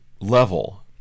level